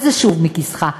וזה שוב מכיסך,